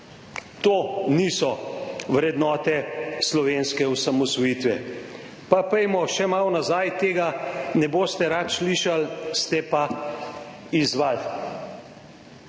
To niso vrednote slovenske osamosvojitve. Pa pojdimo še malo nazaj. Tega ne boste radi slišali, ste pa izzvali.